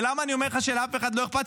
ולמה אני אומר לך שלאף אחד לא אכפת?